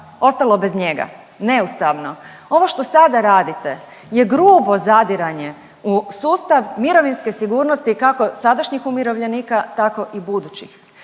ostalo bez njega, neustavno. Ovo što sada radite je grubo zadiranje u sustav mirovinske sigurnosti kako sadašnjih umirovljenika tako i budućih.